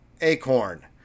Acorn